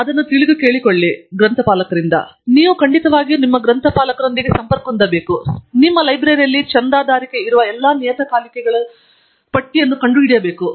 ಆದ್ದರಿಂದ ನೀವು ಖಂಡಿತವಾಗಿಯೂ ನಿಮ್ಮ ಗ್ರಂಥಪಾಲಕನೊಂದಿಗೆ ಸಂಪರ್ಕ ಹೊಂದಬೇಕು ಮತ್ತು ನಿಮ್ಮ ಲೈಬ್ರರಿಯಿಂದ ಚಂದಾದಾರರಾಗಿರುವ ಎಲ್ಲಾ ನಿಯತಕಾಲಿಕಗಳನ್ನು ಕಂಡುಹಿಡಿಯಬೇಕು